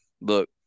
look